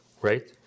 right